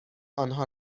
آنها